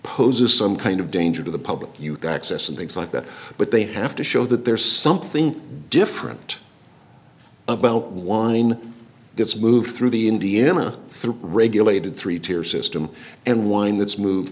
poses some kind of danger to the public you access and things like that but they have to show that there is something different one that's moved through the india through regulated three tier system and one that's moved